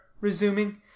resuming